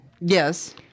Yes